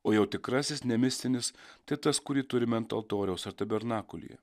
o jo tikrasis ne mistinis tai tas kurį turime ant altoriaus ar tabernakulyje